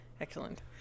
Excellent